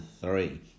three